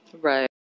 Right